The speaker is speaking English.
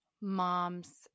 moms